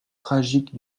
tragique